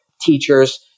teachers